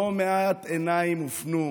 לא מעט עיניים הופנו,